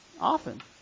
Often